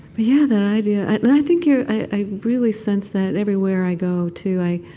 but yeah, that idea and i think you're i really sense that everywhere i go, too i